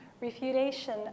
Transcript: refutation